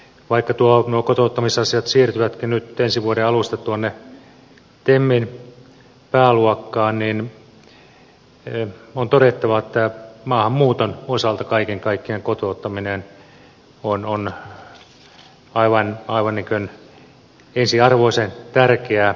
vaikka nuo kotouttamisasiat siirtyvätkin nyt ensi vuoden alusta tuonne temmin pääluokkaan niin on todettava että maahanmuuton osalta kaiken kaikkiaan kotouttaminen on aivan ensiarvoisen tärkeää